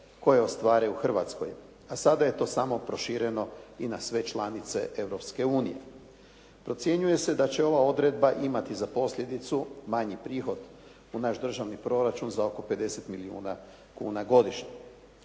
koje ostvaruju u Hrvatskoj, a sada je to samo prošireno i na sve članice Europske unije. Procjenjuje se da će ova odredba imati za posljedicu manji prihod u naš državni proračun za oko 50 milijuna kuna godišnje.